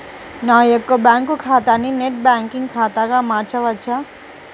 నా యొక్క బ్యాంకు ఖాతాని నెట్ బ్యాంకింగ్ ఖాతాగా మార్చవచ్చా?